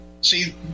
See